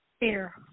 air